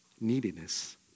neediness